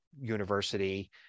university